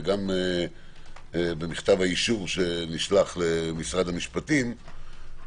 וגם במכתב האישור שנשלח למשרד המשפטים,